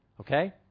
okay